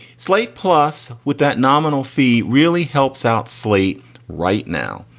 slate plus with that nominal fee really helps out slate right now.